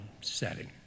setting